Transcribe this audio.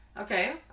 Okay